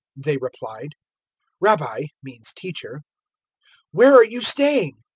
they replied rabbi means teacher' where are you staying?